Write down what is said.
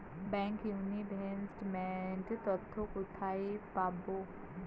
Bank investment তথ্য কোথায় পাব?